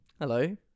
Hello